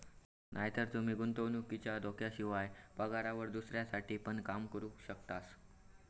नायतर तूमी गुंतवणुकीच्या धोक्याशिवाय, पगारावर दुसऱ्यांसाठी पण काम करू शकतास